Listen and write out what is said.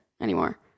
anymore